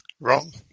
Wrong